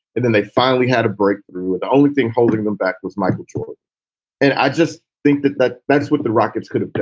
and then they finally had a breakthrough. the only thing holding them back was michael jordan and i just think that that that's what the rockets could